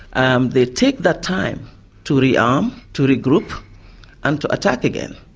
um they take their time to rearm, to regroup and to attack again.